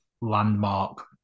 landmark